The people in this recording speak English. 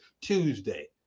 Tuesday